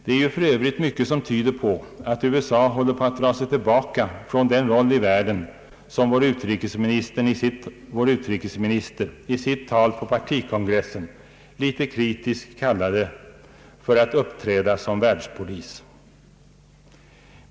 Det är för övrigt mycket som tyder på att USA håller på att dra sig tillbaka från sin roll i världen som vår utrikesminister i sitt tal på partikongressen litet kritiskt kallade för »att uppträda som världspolis».